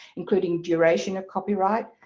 including duration of copyright,